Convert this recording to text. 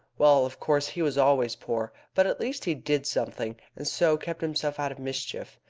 well, of course he was always poor, but at least he did something, and so kept himself out of mischief.